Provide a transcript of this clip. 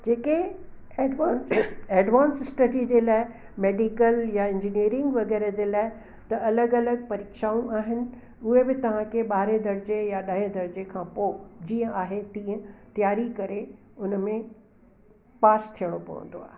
जेके advance advance study जे लाइ मेडिकल इंजीनिअरिंग वग़ैरह जे लाइ त अलॻि अलॻि परीक्षाऊं आहिनि उहे बि तव्हां खे ॿारहें दर्जे या ॾहे दर्जे खां पोइ जीअं आहे तीअं तयारी करे उन में पास थियणो पवंदो आहे